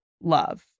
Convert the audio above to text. love